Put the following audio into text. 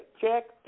check